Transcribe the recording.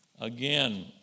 Again